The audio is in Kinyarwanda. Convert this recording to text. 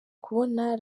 kubona